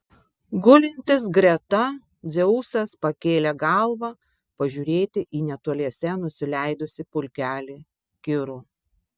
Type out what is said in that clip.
gulintis greta dzeusas pakėlė galvą pažiūrėti į netoliese nusileidusį pulkelį kirų